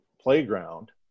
playground